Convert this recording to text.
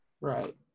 right